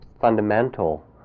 fundamental